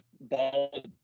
ball